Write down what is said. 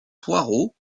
poirot